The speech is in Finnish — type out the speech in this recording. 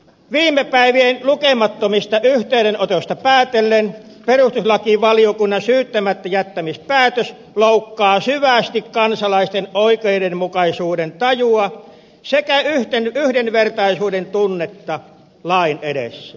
viime päivien lukemattomista yhteydenotoista päätellen perustuslakivaliokunnan syyttämättäjättämispäätös loukkaa syvästi kansalaisten oikeudenmukaisuuden tajua sekä yhdenvertaisuuden tunnetta lain edessä